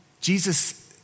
Jesus